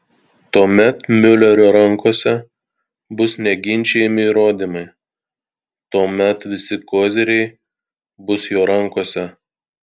tuomet miulerio rankose bus neginčijami įrodymai tuomet visi koziriai bus jo rankose